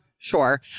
Sure